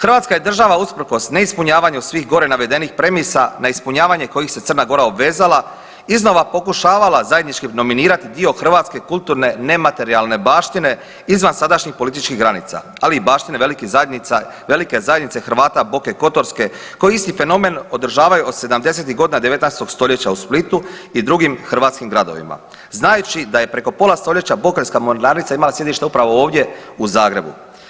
Hrvatska je država usprkos neispunjavanju svih gore navedenih premisa, na ispunjavanje kojih se Crna Gora obvezala, iznosa pokušavala zajednički nominirati dio hrvatske kulturne nematerijalne baštine izvan sadašnjih političkih granica, ali i baštine velike Zajednice Hrvata Boke kotorske koji isti fenomen održavaju od 70-ih godina 19. st. u Splitu i drugim hrvatskim gradovima, znajući da je preko pola stoljeća Bokeljska mornarica imala sjedište upravo ovdje, u Zagrebu.